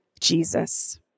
Jesus